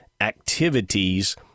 activities